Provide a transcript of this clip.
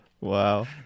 Wow